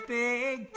big